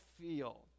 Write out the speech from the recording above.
feel